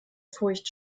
furcht